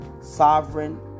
sovereign